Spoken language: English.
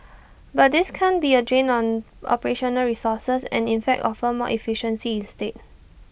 but this can't be A drain on operational resources and in fact offer more efficiency instead